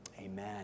Amen